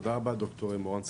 תודה רבה, ד"ר מורן שגיב.